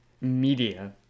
media